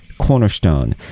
Cornerstone